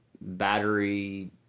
battery